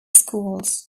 schools